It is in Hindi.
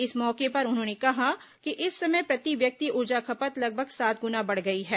इस मौके पर उन्होंने कहा कि इस समय प्रति व्यक्ति ऊर्जा खपत लगभग सात गुना बढ़ गई है